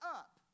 up